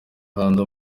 hanze